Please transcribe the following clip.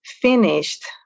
finished